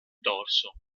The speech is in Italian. dorso